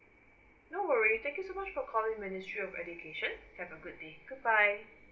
no worry thank you so much for calling ministry of education have a good day goodbye